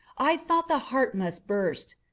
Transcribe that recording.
i thought the heart must burst.